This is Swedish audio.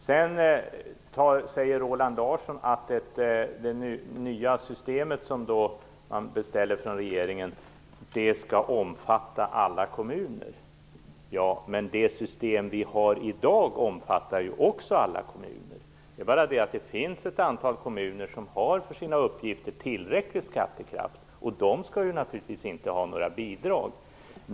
Roland Larsson säger också att det nya system man beställer från regeringen skall omfatta alla kommuner. Men det system vi har i dag omfattar också alla kommuner. Det är bara det att det finns ett antal kommuner som har tillräcklig skattekraft för sina uppgifter, och de skall naturligtvis inte ha några bidrag.